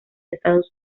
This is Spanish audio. estados